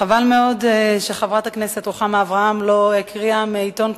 חבל מאוד שחברת הכנסת רוחמה אברהם לא הקריאה מעיתון קודם,